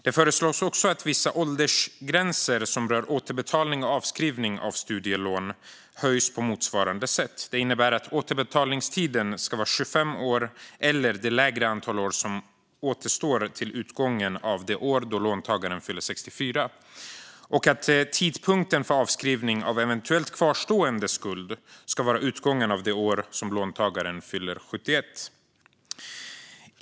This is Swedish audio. Det föreslås också att vissa åldersgränser som rör återbetalning och avskrivning av studielån höjs på motsvarande sätt. Det innebär att återbetalningstiden ska vara 25 år eller det lägre antal år som återstår till utgången av det år då låntagaren fyller 64 och att tidpunkten för avskrivning av eventuellt kvarstående skuld ska vara utgången av det år då låntagaren fyller 71.